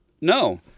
No